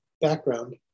background